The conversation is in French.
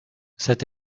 c’est